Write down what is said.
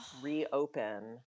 reopen